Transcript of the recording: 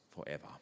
forever